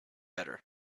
better